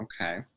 Okay